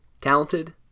talented